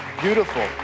beautiful